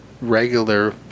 regular